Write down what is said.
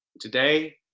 Today